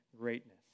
greatness